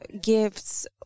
gifts